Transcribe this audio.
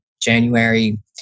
January